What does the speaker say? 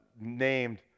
named